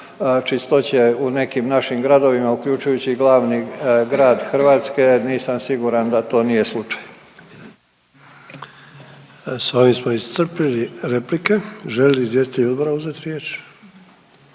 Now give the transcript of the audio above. čistoće u nekim našim gradovima uključujući i glavni grad Hrvatske nisam siguran da to nije slučaj. **Sanader, Ante (HDZ)** Sa ovim smo iscrpili replike. Žele li izvjestitelji odbora uzeti riječ?